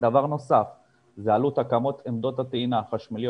דבר נוסף זה עלות הקמת עמדות הטעינה החשמליות.